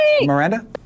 Miranda